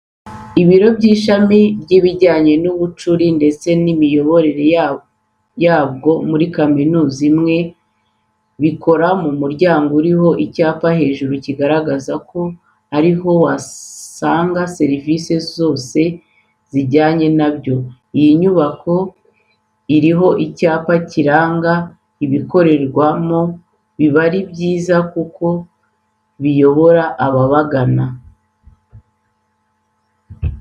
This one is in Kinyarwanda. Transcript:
Ibiro by'ishami ry'ibijyanye n'ubucuri ndetse n'imiyoborere yabwo muri kaminza imwe bikorera mu muryango uriho icyapa hejuru kigaragaza ko ari ho wasanga serivise zose zijyanye na byo. Iyo inyubako iriho icyapa kiranga ibikorerwamo biba ari byiza kuko biyobora ababagana.